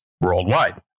worldwide